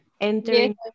entering